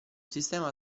sistema